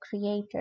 creator